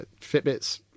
Fitbits